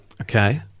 Okay